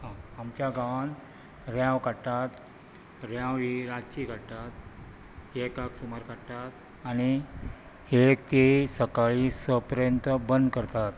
आमच्या गांवांन रेंव काडटात रेंव ही रातची काडटात एकाक सुमार काडटात आनी एक ते सकाळीं स परेन बंद करतात